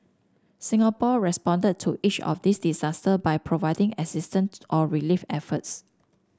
Singapore responded to each of these disaster by providing assistant or relief efforts